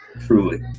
truly